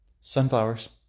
Sunflowers